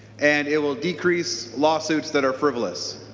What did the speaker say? and it will decrease lawsuits that are frivolous.